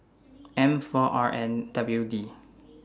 M four R N W D